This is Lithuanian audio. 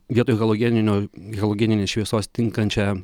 vietoj halogeninio halogeninį šviesos tinkančią